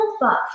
buff